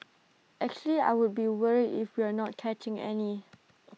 actually I would be worried if we're not catching any